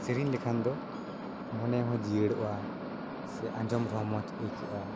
ᱥᱮᱨᱮᱧ ᱞᱮᱠᱷᱟᱱ ᱫᱚ ᱢᱚᱱᱮ ᱦᱚᱸ ᱡᱤᱭᱟᱹᱲᱚᱜᱼᱟ ᱥᱮ ᱟᱡᱚᱢ ᱨᱮᱦᱚᱸ ᱢᱚᱡᱽ ᱜᱮ ᱟᱹᱭᱠᱟᱹᱜᱼᱟ